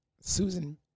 Susan